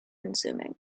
consuming